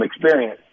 experience